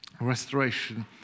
Restoration